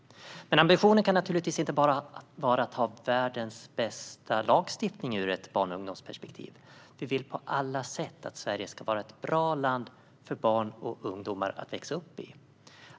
Men ambitionen kan naturligtvis inte bara vara att ha världens bästa lagstiftning ur ett barn och ungdomsperspektiv. Vi vill att Sverige på alla sätt ska vara ett bra land för barn och ungdomar att växa upp i.